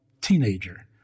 teenager